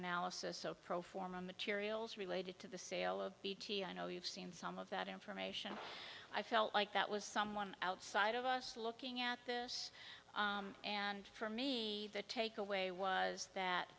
analysis so pro forma materials related to the sale of bt i know you've seen some of that information i felt like that was someone outside of us looking at this and for me the take away was that